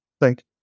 Thank